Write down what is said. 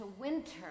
winter